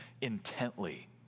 intently